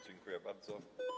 Dziękuję bardzo.